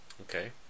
Okay